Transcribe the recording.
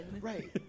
Right